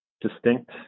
distinct